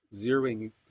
zeroing